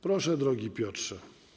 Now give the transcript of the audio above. Proszę, drogi Piotrze.